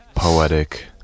Poetic